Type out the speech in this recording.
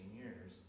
years